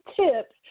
tips